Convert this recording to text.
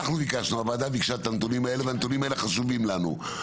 הוועדה ביקשה את הנתונים האלה והנתונים האלה חשובים לנו,